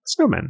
snowmen